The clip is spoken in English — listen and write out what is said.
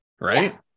Right